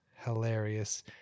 hilarious